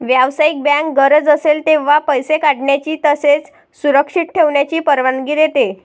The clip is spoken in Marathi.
व्यावसायिक बँक गरज असेल तेव्हा पैसे काढण्याची तसेच सुरक्षित ठेवण्याची परवानगी देते